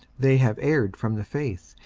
they have erred from the faith,